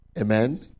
Amen